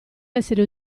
essere